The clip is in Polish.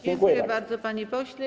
Dziękuję bardzo, panie pośle.